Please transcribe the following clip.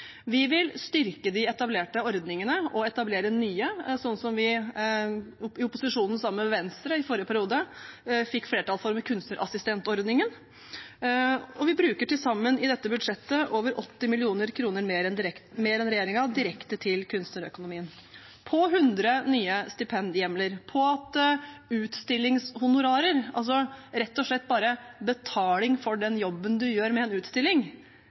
Vi vil styrke de etablerte ordningene og etablere nye, slik vi i opposisjonen, sammen med Venstre, i forrige periode fikk flertall for kunstnerassistentordningen. I dette budsjettet bruker vi til sammen over 80 mill. kr mer enn regjeringen direkte til kunstnerøkonomien: på 100 nye stipendhjemler, på at ordningen med utstillingshonorarer – altså rett og slett bare betaling for den jobben man gjør med en utstilling